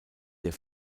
der